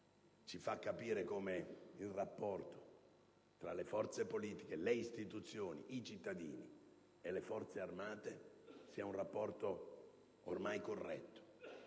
ci fa capire come il rapporto tra le forze politiche, le istituzioni, i cittadini e le Forze armate sia un rapporto ormai corretto,